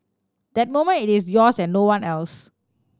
that moment it is yours and no one else